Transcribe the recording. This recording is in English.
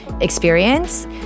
experience